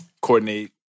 coordinate